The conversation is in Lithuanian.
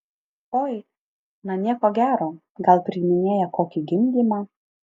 oi na nieko gero gal priiminėja kokį gimdymą